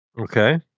Okay